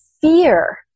fear